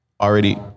already